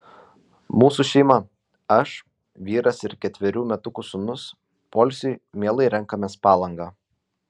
mūsų šeima aš vyras ir ketverių metukų sūnus poilsiui mielai renkamės palangą